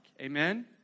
Amen